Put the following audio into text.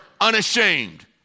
unashamed